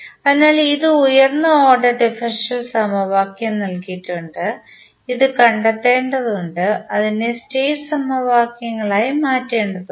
അതിനാൽ ഇത് ഉയർന്ന ഓർഡർ ഡിഫറൻഷ്യൽ സമവാക്യം നൽകിയിട്ടുണ്ട് ഇത് കണ്ടെത്തേണ്ടതുണ്ട് അതിനെ സ്റ്റേറ്റ് സമവാക്യങ്ങളാക്കി മാറ്റേണ്ടതുണ്ട്